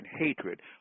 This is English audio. hatred